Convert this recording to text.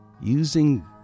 using